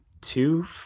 two